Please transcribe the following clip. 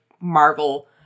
Marvel